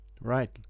Right